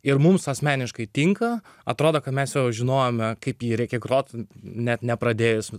ir mums asmeniškai tinka atrodo ką mes jau žinojome kaip jį reikia groti net nepradėjus